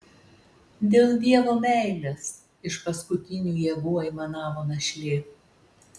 dėl dievo meilės iš paskutinių jėgų aimanavo našlė